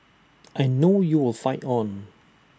I know you will fight on